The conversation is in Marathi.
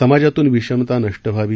समाजातून विषमता नष्ट व्हावी